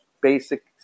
basic